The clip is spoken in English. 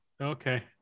Okay